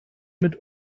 mit